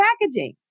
packaging